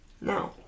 No